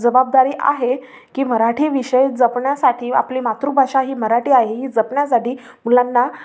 जबाबदारी आहे की मराठी विषय जपण्यासाठी आपली मातृभाषा ही मराठी आहे ही जपण्यासाठी मुलांना